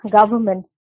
government